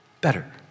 better